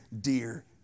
dear